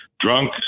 drunk